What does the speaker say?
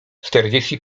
czterdzieści